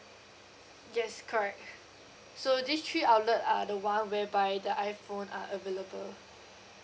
yes correct so these three outlet are the one whereby the iphone are available